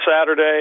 Saturday